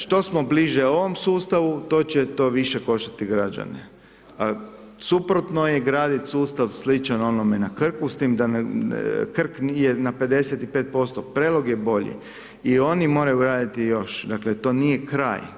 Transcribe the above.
Što smo bliže ovom sustavu to će to više koštati građane, a suprotno je gradit sustav sličan onome na Krku s tim da Krk nije na 55%, Prelog je bolji i oni moraju graditi još, dakle to nije kraj.